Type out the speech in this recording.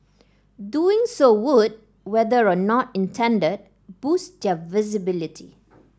doing so would whether or not intended boost their visibility